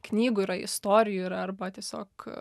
knygų yra istorijų yra arba tiesiog